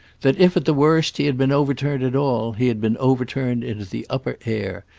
that if, at the worst, he had been overturned at all, he had been overturned into the upper air,